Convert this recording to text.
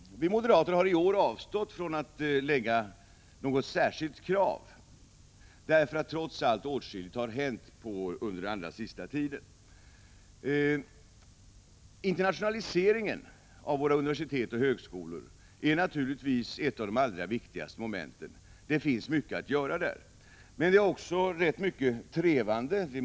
Vi moderater har i år avstått från att föra fram något särskilt krav härvidlag, eftersom åtskilligt trots allt har hänt under den allra senaste tiden. Internationaliseringen av universitet och högskolor är naturligtvis ett av de allra viktigaste momenten — det finns mycket att göra därvidlag. Men det förekommer även rätt mycket trevande.